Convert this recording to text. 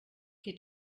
qui